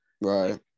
Right